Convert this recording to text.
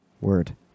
Word